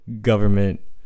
government